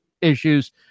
issues